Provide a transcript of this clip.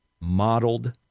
modeled